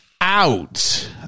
out